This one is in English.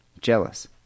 Jealous